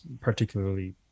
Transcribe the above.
particularly